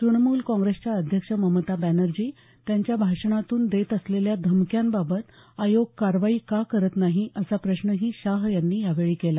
तृणमूल काँग्रेसच्या अध्यक्ष ममता बॅनर्जी त्यांच्या भाषणांतून देत असलेल्या धमक्यांबाबत आयोग कारवाई का करत नाही असा प्रश्नही शाह यांनी यावेळी केला